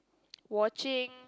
watching